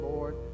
Lord